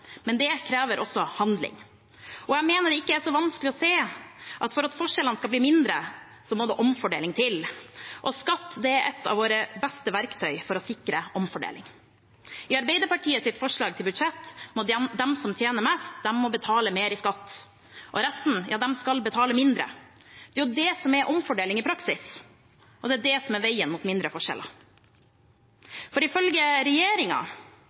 Men det krever også handling. Jeg mener det ikke er så vanskelig å se at for at forskjellene skal bli mindre, må det omfordeling til. Og skatt er et av våre beste verktøy for å sikre omfordeling. I Arbeiderpartiets forslag til budsjett må de som tjener mest, betale mer i skatt. Resten skal betale mindre. Det er det som er omfordeling i praksis, og det er det som er veien mot mindre forskjeller. Ifølge